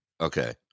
Okay